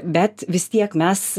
bet vis tiek mes